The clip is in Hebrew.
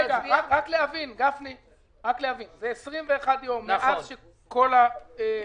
זה הולך לחשבון הבנק שלו.